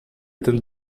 than